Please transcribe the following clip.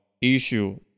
issue